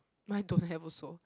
mine don't have also